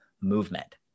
Movement